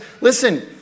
listen